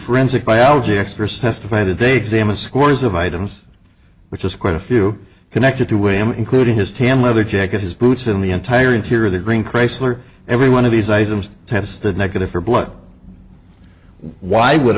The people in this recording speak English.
forensic biology experts testified that they examined scores of items which is quite a few connected to him including his ten leather jacket his boots in the entire interior of the green chrysler every one of these items tested negative for blood why would